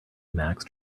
emacs